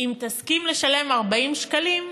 אם תסכים לשלם 40 שקלים,